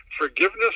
Forgiveness